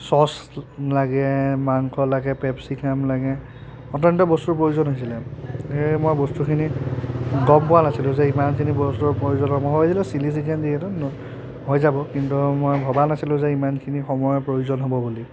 sauce লাগে মাংস লাগে কেপচিকাম লাগে অত্যন্ত বস্তুৰ প্ৰয়োজন হৈছিলে সেয়ে মই বস্তুখিনি গম পোৱা নাছিলোঁ যে ইমানখিনি বস্তুৰ প্ৰয়োজন হয় মই ভাবিছিলোঁ চিলি চিকেন যিহেতু হৈ যাব কিন্তু মই ভবা নাছিলোঁ যে ইমানখিনি সময়ৰ প্ৰয়োজন হ'ব বুলি